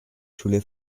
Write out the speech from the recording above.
schule